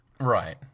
Right